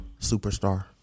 Superstar